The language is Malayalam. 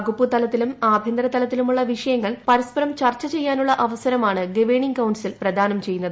വകുപ്പുതലത്തിലും ആഭ്യന്തര തലത്തിലുമുള്ള വിഷയങ്ങൾ പരസ്പരം ചർച്ചു ചെയ്യാനുള്ള അവസരമാണ് ഗവേണിംഗ് കൌൺസിൽ പ്രദാനം ചെയ്യുന്നത്